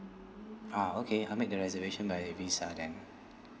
ah okay I'll make the reservation by visa then